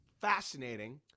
fascinating